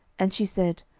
and she said,